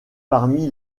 parmi